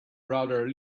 rather